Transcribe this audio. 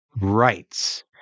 rights